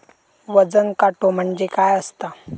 वजन काटो म्हणजे काय असता?